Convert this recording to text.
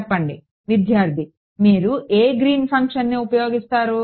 చెప్పండి విద్యార్థి మీరు ఏ గ్రీన్ ఫంక్షన్ని ఉపయోగిస్తారు